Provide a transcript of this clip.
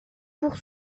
pour